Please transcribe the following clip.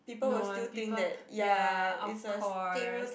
no one people ya of course